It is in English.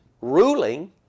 ruling